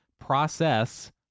process